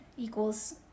equals